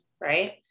right